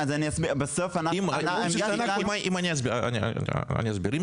אני אסביר.